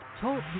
Talk